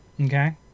Okay